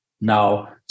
now